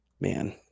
Man